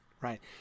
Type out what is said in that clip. Right